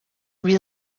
wie